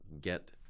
get